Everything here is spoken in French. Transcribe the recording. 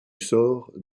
sort